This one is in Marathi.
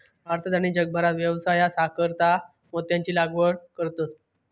भारतात आणि जगभरात व्यवसायासाकारता मोत्यांची लागवड करतत